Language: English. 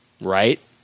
right